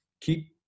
keep